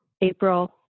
April